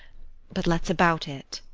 but let's about it.